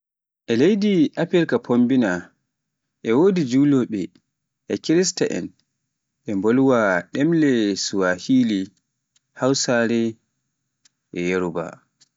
e leydi Afirka fombina e wodi Julowooɓe e kirsta'en, ɓe bolwa ɗemle Swahili, Hausare, Yaruba.